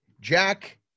jack